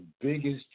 biggest